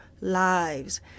lives